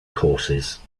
courses